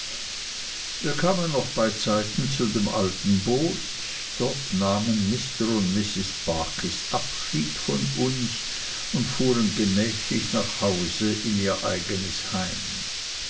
wir kamen noch beizeiten zu dem alten boot dort nahmen mr und mrs barkis abschied von uns und fuhren gemächlich nach hause in ihr eignes heim